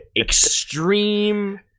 extreme